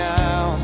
now